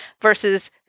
versus